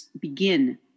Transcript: begin